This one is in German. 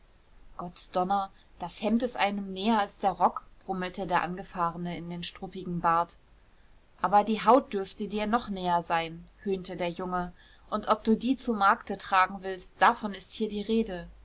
gott's donner das hemd ist einem näher als der rock brummelte der angefahrene in den struppigen bart aber die haut dürfte dir noch näher sein höhnte der junge und ob du die zu markte tragen willst davon ist hier die rede